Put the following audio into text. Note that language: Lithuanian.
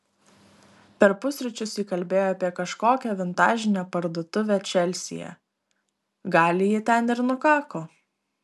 per pusryčius ji kalbėjo apie kažkokią vintažinę parduotuvę čelsyje gali ji ten ir nukako